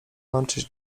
męczyć